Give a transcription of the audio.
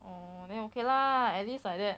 orh then okay lah at least like that